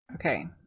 Okay